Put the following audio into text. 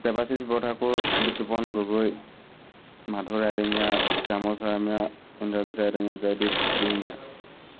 Debashish Borthakur Bitupan Gogoi Madhur Raidengia Shyamal Sayamiya Indrajit Raidengia Joydeep Dihingia